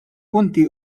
punti